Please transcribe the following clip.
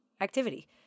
activity